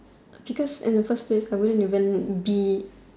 because in the first place I wouldn't even be